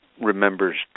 remembers